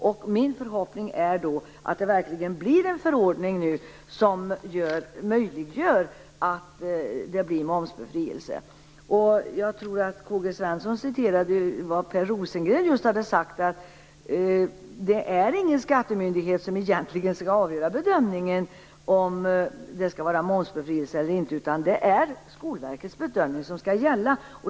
Min förhoppning är att det verkligen blir en förordning som möjliggör momsbefrielse. K-G Svenson citerade vad Per Rosengren hade sagt om att det egentligen inte är någon skattemyndighet som skall göra bedömningen om det skall vara momsbefrielse eller inte, utan att det är Skolverkets bedömning som skall gälla.